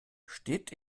steht